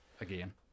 Again